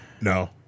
No